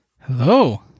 hello